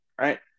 right